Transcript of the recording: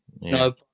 no